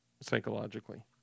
psychologically